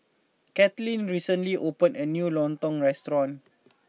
Kalyn recently opened a new Lontong restaurant